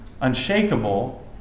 Unshakable